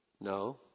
No